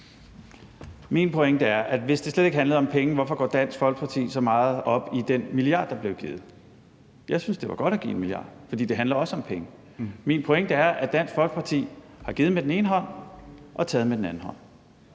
Min pointe er, at hvis det slet ikke handlede om penge, hvorfor går Dansk Folkeparti så så meget op i den 1 mia. kr., der blev givet? Jeg synes, det var godt at give 1 mia. kr., fordi det også handler om penge. Min pointe er, at Dansk Folkeparti har givet med den ene hånd og taget med den anden hånd,